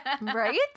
right